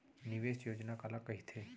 निवेश योजना काला कहिथे?